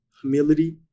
humility